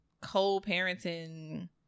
co-parenting